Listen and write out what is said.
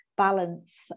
Balance